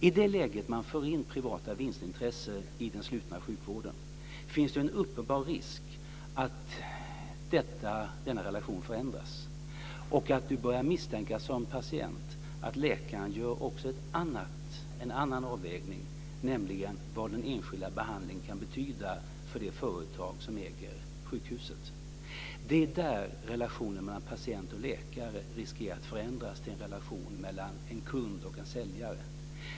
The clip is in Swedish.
I det läget då man för in privata vinstintressen i den slutna sjukvården finns det en uppenbar risk att denna relation förändras och att du som patient börjar misstänka att läkaren gör också en annan avvägning, nämligen vad den enskilda behandlingen kan betyda för det företag som äger sjukhuset. Det är där relationen mellan patient och läkare riskerar att förändras till en relation mellan en kund och en säljare.